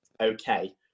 okay